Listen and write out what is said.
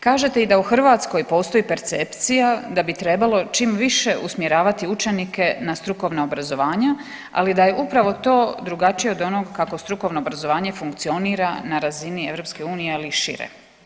Kažete i da u Hrvatskoj postoji percepcija da bi trebalo čim više usmjeravati učenike na strukovna obrazovanja ali da je upravo to drugačije od onog kako strukovno obrazovanje funkcionira na razini EU ali i šire.